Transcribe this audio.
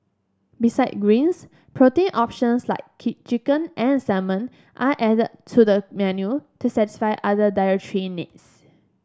beside greens protein options like key chicken and salmon are added to the menu to satisfy other dietary needs